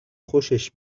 خوشش